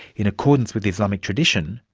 in accordance with islamic tradition,